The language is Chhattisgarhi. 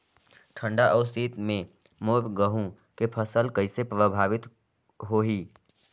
ठंडा अउ शीत मे मोर गहूं के फसल कइसे प्रभावित होही?